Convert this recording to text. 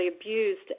abused